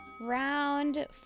Round